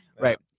Right